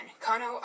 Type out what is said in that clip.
Kano